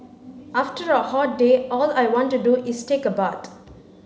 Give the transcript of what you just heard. after a hot day all I want to do is take a bath